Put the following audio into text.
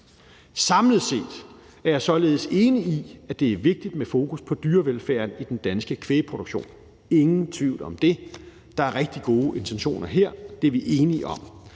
Samlet set er jeg således enig i, at det er vigtigt med fokus på dyrevelfærden i den danske kvægproduktion. Ingen tvivl om det. Der er rigtig gode intentioner her, det er vi enige om.